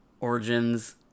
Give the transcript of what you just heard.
Origins